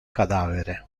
cadavere